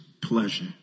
pleasure